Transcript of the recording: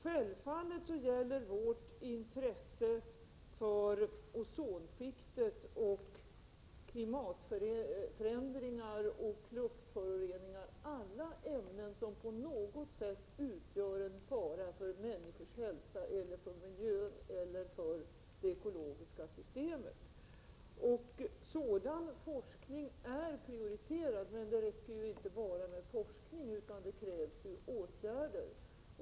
Självfallet är vårt intresse för ozonskiktet, klimatförändringar och luftföroreningar sådant att det gäller alla ämnen som på något sätt utgör en fara för människors hälsa, för miljön eller det ekologiska systemet. Sådan forskning är prioriterad, men det räcker ju inte bara med forskning, utan det krävs åtgärder.